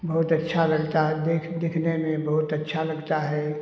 बहुत अच्छा लगता है देख दिखने में बहुत अच्छा लगता है